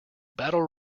battle